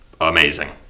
Amazing